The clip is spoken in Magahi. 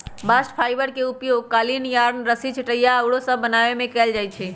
बास्ट फाइबर के उपयोग कालीन, यार्न, रस्सी, चटाइया आउरो सभ बनाबे में कएल जाइ छइ